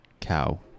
cow